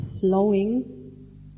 flowing